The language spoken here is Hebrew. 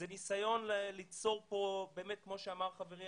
זה ניסיון ליצור כאן כמו אמר חברי